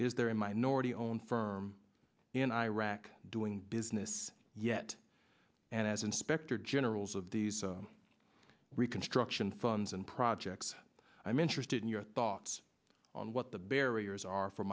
is there a minority owned firm in iraq doing business yet and as inspector generals of these reconstruction funds and projects i'm interested in your thoughts on what the barriers are for